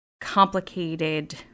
complicated